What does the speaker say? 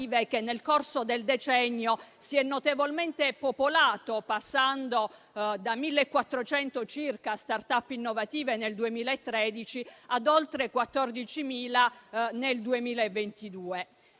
che, nel corso del decennio, si è notevolmente popolato, passando da circa 1.400 *start-up* innovative nel 2013 a oltre 14.000 nel 2022.